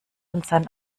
unseren